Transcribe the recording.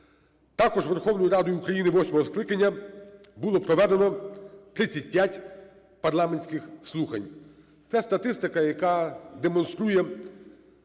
Також Верховною Радою восьмого скликання було проведено 35 парламентських слухань. Це статистика, яка демонструє